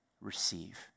receive